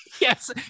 yes